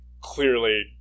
clearly